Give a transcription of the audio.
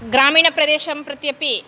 ग्रामीणप्रदेशं प्रत्यपि